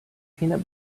peanut